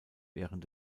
während